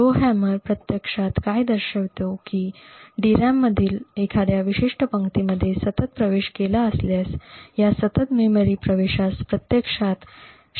Rowhammer प्रत्यक्षात काय दर्शविते की DRAM मधील एखाद्या विशिष्ट पंक्तीमध्ये सतत प्रवेश केला असल्यास या सतत मेमरी प्रवेशास प्रत्यक्षात शेजारच्या पंक्तींवर परिणाम होऊ शकतो